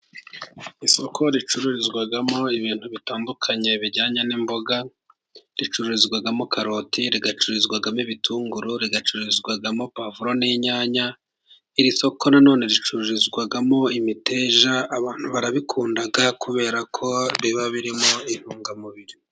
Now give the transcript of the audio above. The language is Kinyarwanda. Isoko ricururizwamo ibintu bitandukanye bijyanye n'imboga. Ricururizwamo karoti, rigacururizwamo ibitunguru, rigacururizwamo puwavuro n'inyanya. Iri soko na none ricururizwamo imiteja. Abantu barabikunda kubera ko biba birimo intungamubiri.